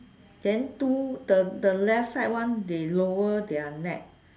then two the the left side one they lower their net